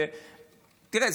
תראה,